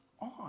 on